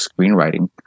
screenwriting